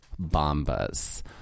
bombas